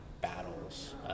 battles